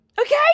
Okay